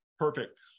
Perfect